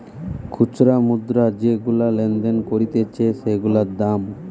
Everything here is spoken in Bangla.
খুচরা মুদ্রা যেগুলা লেনদেন করতিছে সেগুলার দাম